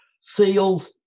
Seals